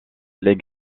les